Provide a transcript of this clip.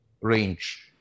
range